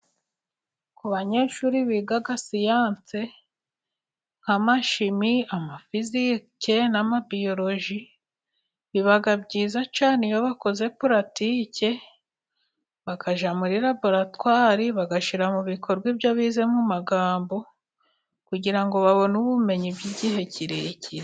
Ku banyeshuri bigaga siyanse nk'amashimi, amafizike na mabiyoloji ,biba byiza cyane ,iyo bakoze pulatike bakajya muri laboratwari ,bagashyira mu bikorwa ibyo bize mu magambo, kugira ngo babone ubumenyi bw'igihe kirekire.